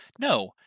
No